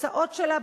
והתוצאות שלה,